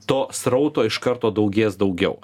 to srauto iš karto daugės daugiau